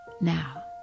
now